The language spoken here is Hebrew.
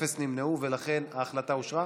אפס נמנעו, ולכן ההחלטה אושרה.